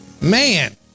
Man